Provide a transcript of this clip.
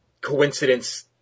coincidence